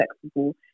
flexible